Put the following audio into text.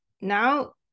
now